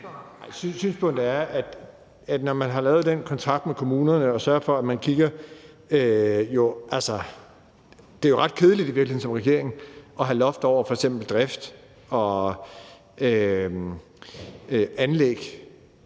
synspunktet er, at når man har lavet den kontrakt med kommunerne, sørger man for at kigge på det. Altså, det er jo i virkeligheden ret kedeligt som regering at have loft over f.eks. drift og anlæg,